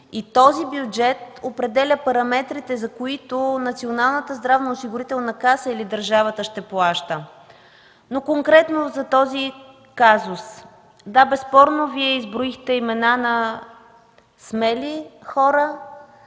и той определя параметрите, за които Националната здравноосигурителна каса или държавата ще плаща. Конкретно за този казус. Безспорно Вие изброихте имена на смели хора,